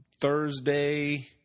Thursday